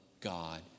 God